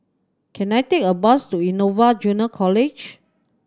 can I take a bus to Innova Junior College